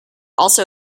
also